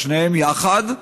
או שניהם יחד,